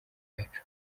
byacu